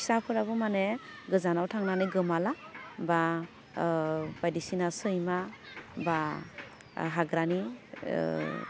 फिसाफोराबो माने गोजानाव थांनानै गोमाला बा ओह बायदिसिना सैमा बा ओह हाग्रानि ओह